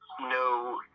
No